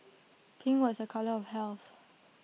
pink was A colour of health